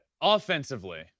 offensively